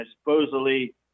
supposedly